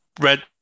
red